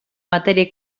matèria